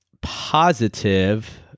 Positive –